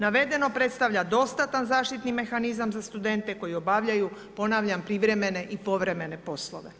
Navedeno predstavlja dostatan zaštitni mehanizam za studente koji obavljaju, ponavljam, privremene i povremene poslove.